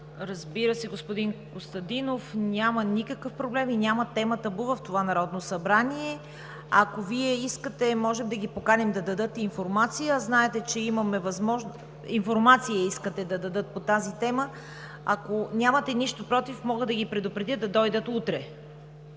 Разбира се, господин Костадинов. Няма никакъв проблем и няма тема табу в това Народно събрание. Ако Вие искате, можем да ги поканим да дадат информация. (Реплики от народния представител Атанас Костадинов.) Информация искате да дадат по тази тема? Ако нямате нищо против, мога да ги предупредя да дойдат утре